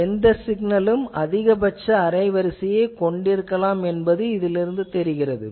இது எந்த சிக்னலும் அதிகபட்ச அலைவரிசையைக் கொண்டிருக்கலாம் எனத் தெரிகிறது